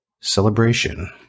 celebration